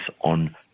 on